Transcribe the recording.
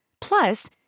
Plus